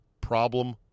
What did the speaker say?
Problem